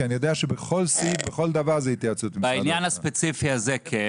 כי אני יודע שבכל סעיף בכל דבר זה התייעצות עם משרד האוצר.